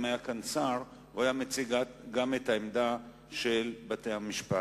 אם היה כאן שר הוא היה מציג גם את העמדה של בתי-המשפט.